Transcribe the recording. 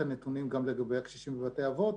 את הנתונים גם לגבי הקשישים בבתי האבות,